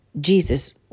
Jesus